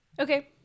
okay